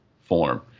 form